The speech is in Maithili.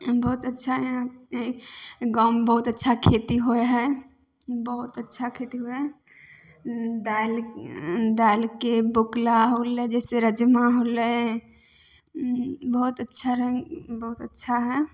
बहुत अच्छा गाँवमे बहुत अच्छा खेती होइ हइ बहुत अच्छा खेती होइ हइ दालि दालिके बोकला हो गेलै जइसे रजमा होलै बहुत अच्छा रङ्ग बहुत अच्छा हइ अथी